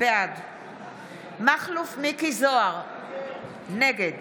בעד מכלוף מיקי זוהר, נגד